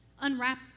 Unwrap